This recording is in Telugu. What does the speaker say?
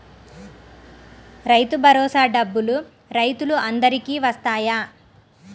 రైతు భరోసా డబ్బులు రైతులు అందరికి వస్తాయా?